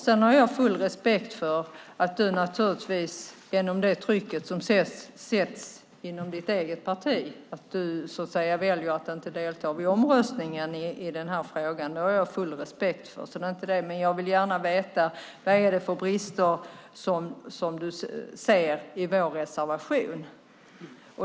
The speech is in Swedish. Sedan har jag full respekt för att du, genom det tryck som sätts inom ditt eget parti, väljer att inte delta vid omröstningen i den här frågan. Det har jag full respekt för. Det handlar inte om det. Men jag vill gärna veta: Vad är det för brister som du ser i vår reservation?